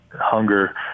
hunger